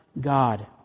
God